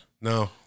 No